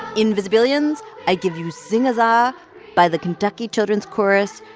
invisibilians, i give you a zing a za by the kentucky children's chorus.